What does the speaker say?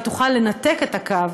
היא תוכל לנתק את הקו,